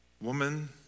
Woman